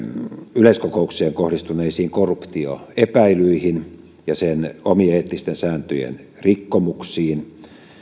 yleiskokoukseen kohdistuneisiin korruptioepäilyihin ja sen omien eettisten sääntöjen rikkomuksiin